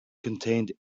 contained